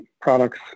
products